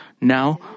Now